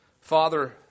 Father